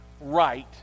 right